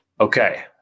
Okay